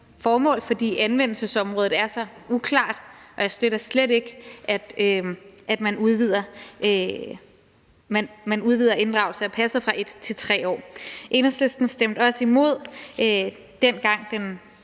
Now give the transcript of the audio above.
formål, fordi anvendelsesområdet er så uklart, og jeg støtter slet ikke, at man udvider inddragelse af passet fra 1 til 3 år. Enhedslisten stemte også imod, dengang den